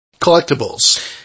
collectibles